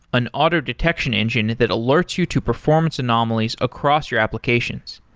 an auto-detection engine that alerts you to performance anomalies across your applications.